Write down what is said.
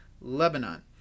Lebanon